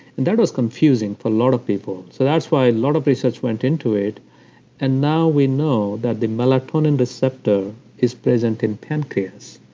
and that was confusing for a lot of people. so that's why a lot of research went into it and now we know that the melatonin receptor is present in pancreas.